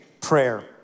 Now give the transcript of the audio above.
prayer